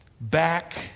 back